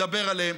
מדבר עליהם,